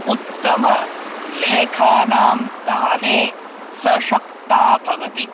उत्तमलेखानां दाने सशक्ता भवति